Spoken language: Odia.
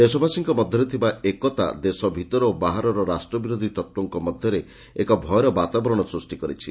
ଦେଶବାସୀଙ୍କ ମଧ୍ୟରେ ଥିବା ଏକତା ଦେଶ ଭିତର ଓ ବାହାରର ରାଷ୍ଟ୍ରବିରୋଧୀ ତତ୍ତ୍ୱଙ୍କ ମଧ୍ୟରେ ଏକ ଭୟର ବାତାବରଣ ସୃଷ୍ଟି କରିଛି